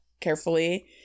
carefully